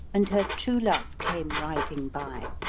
and her true love came riding bye.